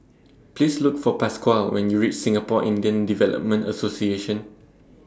Please Look For Pasquale when YOU REACH Singapore Indian Development Association